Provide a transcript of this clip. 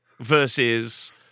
versus